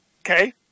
Okay